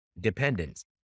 dependence